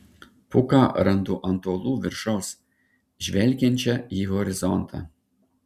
puką randu ant uolų viršaus žvelgiančią į horizontą